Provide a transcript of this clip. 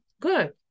good